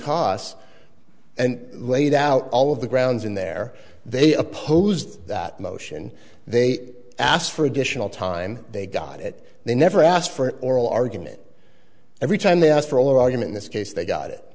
costs and laid out all of the grounds in there they opposed that motion they asked for additional time they got it they never asked for an oral argument every time they asked for a long argument this case they got it